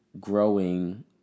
growing